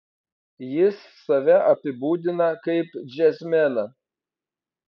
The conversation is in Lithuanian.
jis save apibūdina kaip džiazmeną